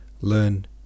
learn